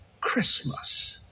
Christmas